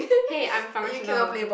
hey I'm functional